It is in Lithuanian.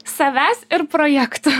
savęs ir projekto